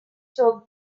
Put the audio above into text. sur